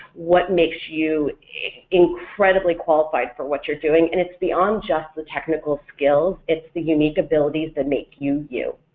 what makes you incredibly qualified for what you're doing and it's beyond just the technical skills, it's the unique abilities that make you, you.